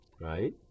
right